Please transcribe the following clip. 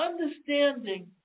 understanding